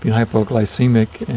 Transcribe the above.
hypoglycemic,